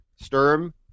Sturm